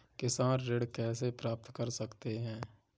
किसान ऋण कैसे प्राप्त कर सकते हैं?